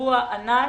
ב-50%.